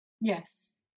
yes